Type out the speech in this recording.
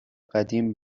قدیم